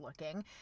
looking